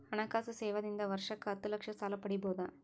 ಹಣಕಾಸು ಸೇವಾ ದಿಂದ ವರ್ಷಕ್ಕ ಹತ್ತ ಲಕ್ಷ ಸಾಲ ಪಡಿಬೋದ?